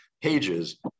pages